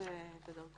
לריב עם הבנק שלו.